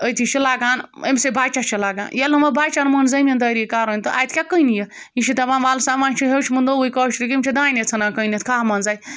أتی چھُ لَگان أمۍسٕے بَچَس چھُ لگان ییٚلہِ نہٕ وۄنۍ بَچَن مون زٔمیٖندٲری کَرٕنۍ تہٕ اَتہِ کیٛاہ کٔنہِ یہِ یہِ چھُ دَپان وَلہٕ سا وۄنۍ چھُ ہیوٚچھمُت نوُے کٲشرُک یِم چھِ دانہِ ژھٕنان کٕنِتھ کھَہہ منٛزَے